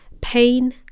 pain